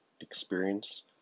experience